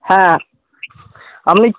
হ্যাঁ আমি